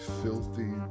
filthy